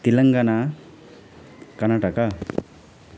Telangana Karnataka